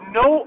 no